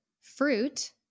fruit